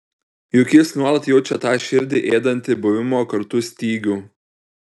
juk jis nuolat jaučia tą širdį ėdantį buvimo kartu stygių